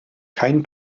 kein